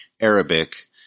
Arabic